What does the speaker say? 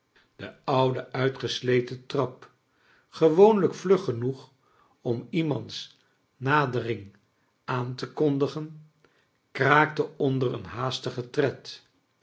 de oude uitgesleten trap gewoonlijk vlug genoeg om iemands nadering aan te kondigen kraakte onder een haastigen tred